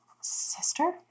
sister